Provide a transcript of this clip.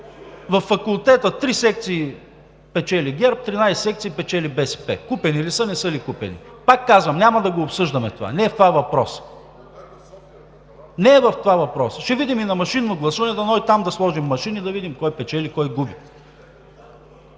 „Факултета“ – 3 секции печели ГЕРБ, 13 секции печели БСП. Купени ли са, не са ли купени?! Пак казвам, няма да обсъждаме това, не е в това въпросът. (Шум и реплики.) Не е в това въпросът. Ще видим и на машинно гласуване – дано и там да сложим машини – да видим кой печели, кой губи.